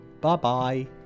Bye-bye